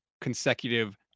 consecutive